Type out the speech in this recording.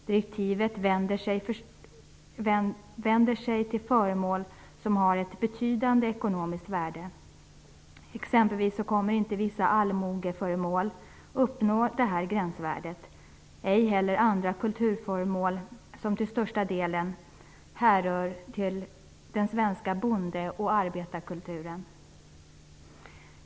Direktivet gäller föremål som har ett betydande ekonomiskt värde. Exempelvis kommer vissa allmogeföremål inte att uppnå detta gränsvärde - ej heller andra kulturföremål som till största delen härrör från den svenska bonde och arbetarkulturen.